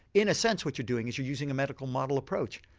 in a sense what you're doing is you're using a medical model approach.